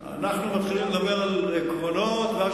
אנחנו מתחילים לדבר על עקרונות ואז